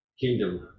kingdom